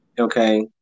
Okay